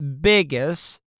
biggest